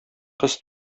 кыз